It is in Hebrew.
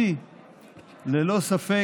לא הבנתי.